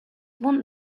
want